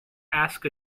ask